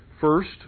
First